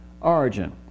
origin